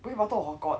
bukit batok hor got